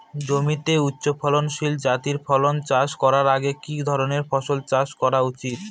জমিতে উচ্চফলনশীল জাতের ফসল চাষ করার আগে কি ধরণের ফসল চাষ করা উচিৎ?